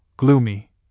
gloomy